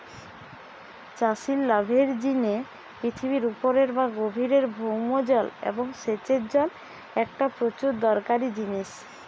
চাষির লাভের জিনে পৃথিবীর উপরের বা গভীরের ভৌম জল এবং সেচের জল একটা প্রচুর দরকারি জিনিস